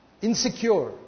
Insecure